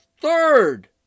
third